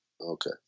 Okay